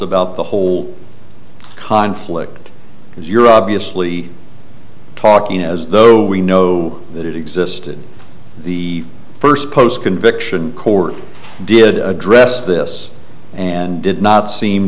about the whole conflict because you're obviously talking as though we know that it existed the first post conviction court did address this and did not seem